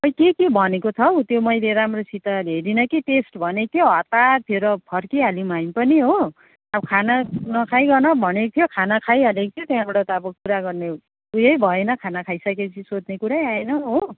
खै के के भनेको छ हौ त्यो मैले राम्रोसित हेरिनँ कि टेस्ट भनेको थियो हतार थियो र फर्किहाल्यौँ हामी पनि हो अब खाना नखाइकन भनेको थियो खाना खाइहालेको थियो त्यहाँबाट त अब कुरा गर्ने उयो नै भएन खाना खाइसकेपछि सोध्ने कुरै आएन हो